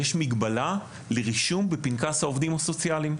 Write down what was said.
יש מגבלה לרישום בפנקס העובדים הסוציאליים.